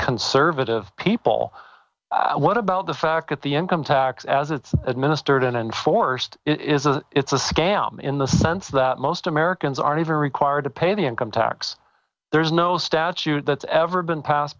conservative people what about the fact that the income tax as it's administered and enforced is a it's a scam in the sense that most americans are never required to pay the income tax there's no statute that's ever been passed